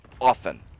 Often